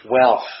wealth